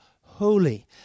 holy